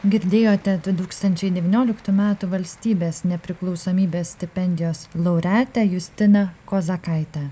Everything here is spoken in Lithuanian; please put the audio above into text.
girdėjote du tūkstančiai devynioliktų metų valstybės nepriklausomybės stipendijos laureatę justina kozakaitę